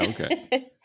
Okay